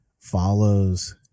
follows